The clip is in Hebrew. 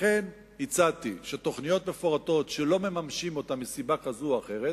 לכן הצעתי שתוכניות מפורטות שלא מממשים אותן מסיבה כזאת או אחרת,